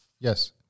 Yes